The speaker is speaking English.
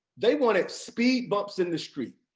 they wanted speed bumps in the street